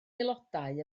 aelodau